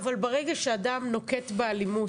ברגע שאדם נוקט באלימות,